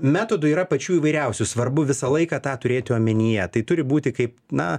metodų yra pačių įvairiausių svarbu visą laiką tą turėti omenyje tai turi būti kaip na